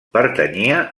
pertanyia